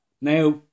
Now